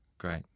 Great